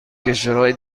کشورهای